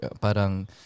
parang